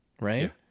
right